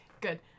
good